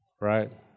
right